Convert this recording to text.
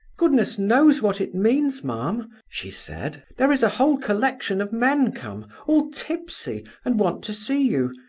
goodness knows what it means, ma'am, she said. there is a whole collection of men come all tipsy and want to see you.